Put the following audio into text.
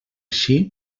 així